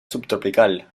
subtropical